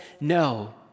no